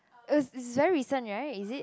is very recent right is it